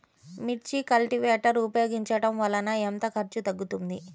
మిర్చి కల్టీవేటర్ ఉపయోగించటం వలన ఎంత ఖర్చు తగ్గుతుంది?